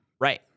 right